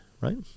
right